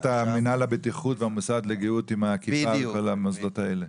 מינהל הבטיחות והמוסד לגהות עם האכיפה וכל המוסדות האלה?